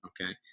okay